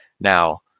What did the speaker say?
Now